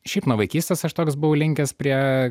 šiaip nuo vaikystės aš toks buvau linkęs prie